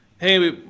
hey